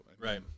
Right